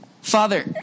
Father